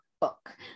book